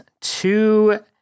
two